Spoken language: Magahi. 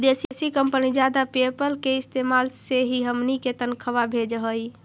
विदेशी कंपनी जादा पयेपल के इस्तेमाल से ही हमनी के तनख्वा भेजऽ हइ